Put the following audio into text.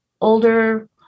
older